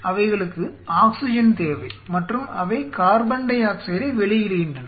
அவைகளுக்கு ஆக்ஸிஜன் தேவை மற்றும் அவை கார்பன் டை ஆக்சைடை வெளியிடுகின்றன